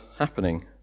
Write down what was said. happening